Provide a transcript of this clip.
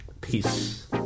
Peace